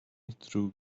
through